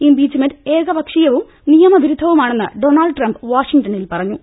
impeachment ഏകപക്ഷീ യവും നിയമവിരുദ്ധവുമാണെന്ന് ഡൊണാൾഡ് ട്രംപ് വാഷിംഗ്ട ണിൽ പറഞ്ഞു